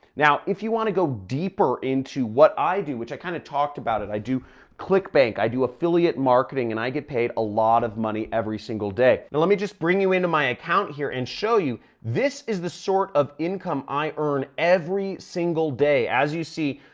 now, if you want to go deeper into what i do which i kind of talked about it. i do clickbank, i do affiliate marketing and i get paid a lot of money every single day. now, let me just bring you into my account here and show you this is the sort of income i earn every single day. as you see,